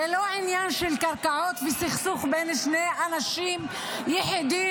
זה לא עניין של קרקעות בסכסוך בין שני אנשים יחידים,